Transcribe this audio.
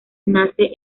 nace